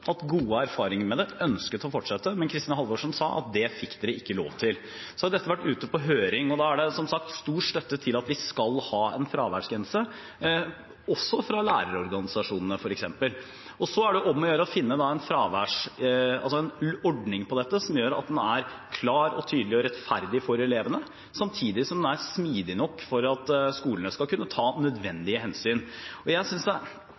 gode erfaringer med det, som ønsket å fortsette, men Kristin Halvorsen sa at det fikk de ikke lov til. Så har dette vært ute på høring, og da er det, som sagt, stor støtte til at vi skal ha en fraværsgrense, også fra lærerorganisasjonene, f.eks. Så er det om å gjøre å finne en ordning som er klar, tydelig og rettferdig for elevene, samtidig som den er smidig nok til at skolene skal kunne ta nødvendige hensyn. Og jeg tror i hvert fall ikke at skolene, hvis det